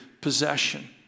possession